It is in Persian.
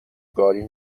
گاری